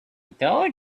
told